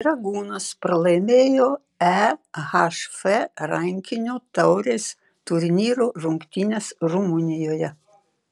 dragūnas pralaimėjo ehf rankinio taurės turnyro rungtynes rumunijoje